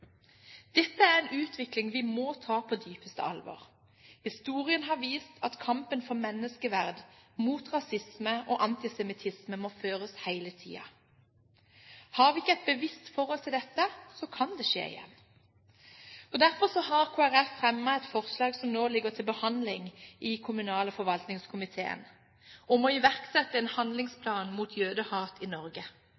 Dette er en utvikling vi må ta på dypeste alvor. Historien har vist at kampen for menneskeverd mot rasisme og antisemittisme må føres hele tiden. Har vi ikke et bevisst forhold til dette, kan det skje igjen. Derfor har Kristelig Folkeparti fremmet et forslag som nå ligger til behandling i kommunal- og forvaltningskomiteen, om å iverksette en